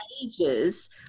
ages